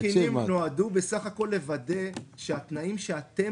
הכלים נועדו בסך הכול לוודא שהתנאים שאתם